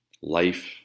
life